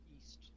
East